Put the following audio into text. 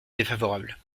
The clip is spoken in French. défavorable